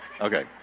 Okay